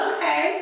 Okay